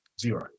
zero